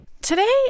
Today